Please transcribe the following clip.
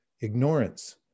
Ignorance